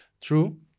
True